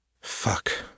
Fuck